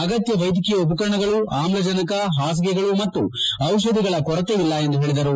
ಅಗತ್ಯ ವೈದ್ಯಕೀಯ ಉಪಕರಣಗಳು ಆಮ್ಲಜನಕ ಪಾಸಿಗೆಗಳು ಮತ್ತು ದಿಷಧಿಗಳ ಕೊರತೆಯಿಲ್ಲ ಎಂದು ಹೇಳದರು